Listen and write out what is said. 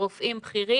וממנהלים בכירים,